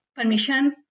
permission